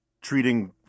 treating